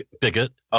bigot